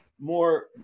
more